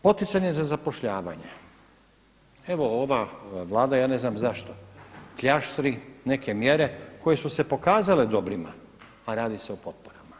Poticanje za zapošljavanje, evo ova Vlada, ja ne znam zašto, kljaštri neke mjere koje su se pokazale dobrima a radi se o potporama.